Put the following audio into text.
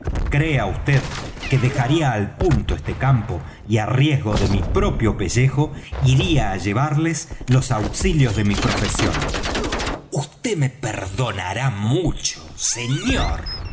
crea vd que dejaría al punto este campo y á riesgo de mi propio pellejo iría á llevarles los auxilios de mi profesión vd me perdonará mucho señor